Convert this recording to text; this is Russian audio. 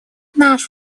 наш